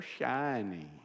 shiny